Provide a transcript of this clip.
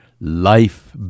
life